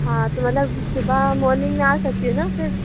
हाँ तो मतलब सुबह मॉर्निंग में सकती हूँ ना फिर